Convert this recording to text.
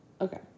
Okay